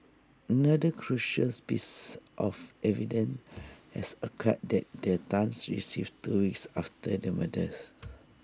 another crucial spice of evidence is A card that the Tans received two weeks after the murders